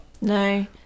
No